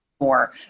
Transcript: more